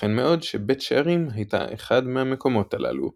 וייתכן מאוד שבית שערים הייתה אחד מהמקומות הללו,